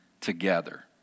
together